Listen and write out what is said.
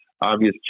obvious